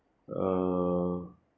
err